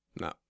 No